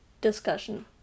discussion